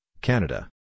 Canada